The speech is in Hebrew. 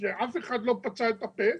כשאף אחד לא פצה את הפה,